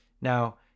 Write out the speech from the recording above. Now